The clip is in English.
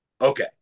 Okay